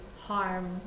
harm